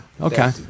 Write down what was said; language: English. Okay